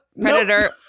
predator